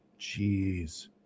Jeez